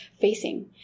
facing